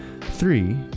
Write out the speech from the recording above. Three